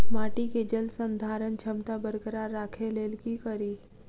माटि केँ जलसंधारण क्षमता बरकरार राखै लेल की कड़ी?